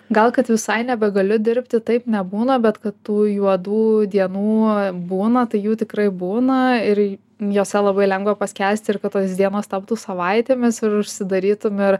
gal kad visai nebegaliu dirbti taip nebūna bet kad tų juodų dienų būna tai jų tikrai būna ir jose labai lengva paskęsti ir kad tos dienos taptų savaitėmis ir užsidarytum ir